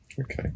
Okay